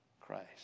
Christ